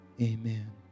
Amen